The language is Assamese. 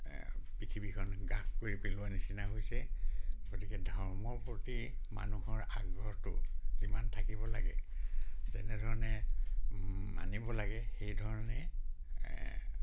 এ পৃথিৱীখন গ্ৰাস কৰি পেলোৱাৰ নিচিনা হৈছে গতিকে ধৰ্মৰ প্ৰতি মানুহৰ আগ্ৰহটো যিমান থাকিব লাগে যেনেধৰণে মানিব লাগে সেইধৰণে এ